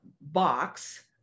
box